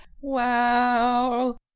Wow